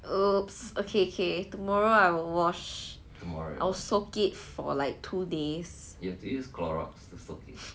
!oops! okay tomorrow I will wash I will soak it for like two days